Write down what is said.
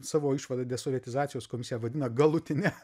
savo išvadą desovietizacijos komisija vadina galutine